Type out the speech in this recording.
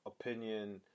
opinion